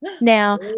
Now